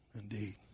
Indeed